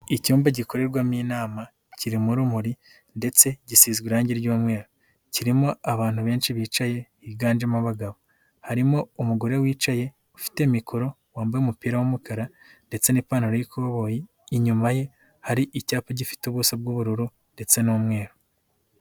Icyumba gikorerwamo inama, kiririmo rumuri ndetse gisizwe irangi ry'umweru, kirimo abantu benshi bicaye higandemo abagabo, harimo umugore wicaye ufite mikoro, wambaye umupira w'umukara ndetse n'ipantaro y'ikoboyi, inyuma ye hari icyapa gifite ubuso bw'ubururu ndetse n'umweru.